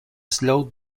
slowed